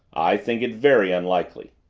i think it very unlikely.